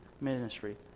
ministry